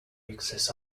excess